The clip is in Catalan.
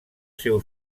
seu